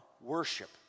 worship